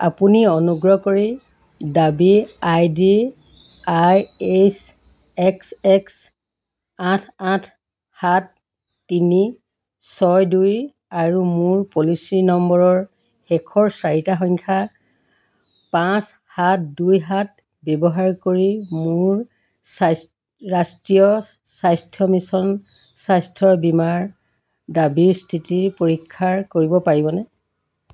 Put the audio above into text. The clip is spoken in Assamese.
আপুনি অনুগ্ৰহ কৰি দাবী ID I H X X আঠ আঠ সাত তিনি ছয় দুই আৰু মোৰ পলিচি নম্বৰৰ শেষৰ চাৰিটা সংখ্যা পাঁচ সাত দুই সাত ব্যৱহাৰ কৰি মোৰ চা ৰাষ্ট্ৰীয় স্বাস্থ্য মিছন স্বাস্থ্যৰ বীমাৰ দাবীৰ স্থিতি পৰীক্ষা কৰিব পাৰিবনে